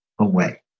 away